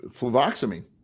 fluvoxamine